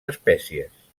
espècies